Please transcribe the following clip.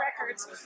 records